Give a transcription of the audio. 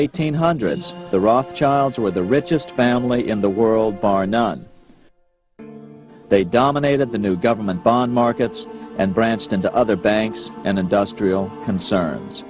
eighteen hundreds the rothschilds were the richest family in the world bar none they dominated the new government bond markets and branched into other banks and industrial concerns